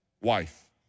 wife